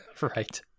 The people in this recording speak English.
Right